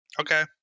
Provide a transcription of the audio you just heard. Okay